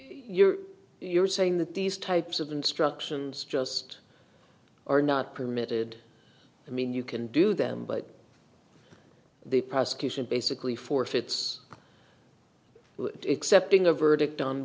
h you're saying that these types of instructions just are not permitted i mean you can do them but the prosecution basically four fifth's except being a verdict on